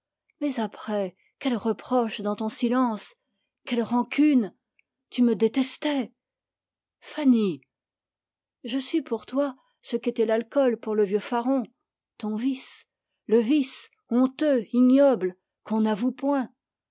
mais après quel reproche dans ton silence quelle rancune tu me détestais fanny je suis pour toi ce qu'était l'alcool pour le vieux faron ton vice le vice honteux ignoble qu'on n'avoue point